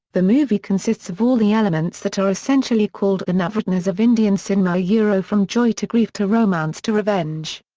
the movie consists of all the elements that are essentially called the navratnas of indian cinema yeah from joy to grief to romance to revenge.